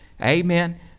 amen